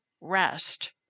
rest